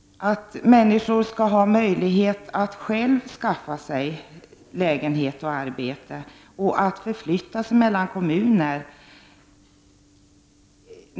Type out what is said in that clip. Människor skall ha möjlighet att själva skaffa sig lägenhet och arbete och förflytta sig mellan kommuner.